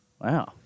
Wow